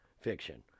fiction